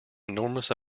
enormous